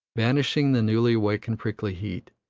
banishing the newly awakened prickly heat,